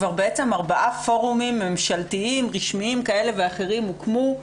ארבעה פורומים ממשלתיים רשמיים כאלה ואחרים הוקמו: